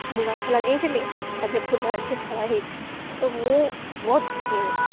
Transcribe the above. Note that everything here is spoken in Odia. ମୁଁ ଗଛ ଲଗାଇଥିଲି ତା'ଦେହରେ ଫୁଲ ଅଛି ଫଳ ହୋଇଛିି ତ ମୁଁ ବହୁତ ଖୁସି ହେବି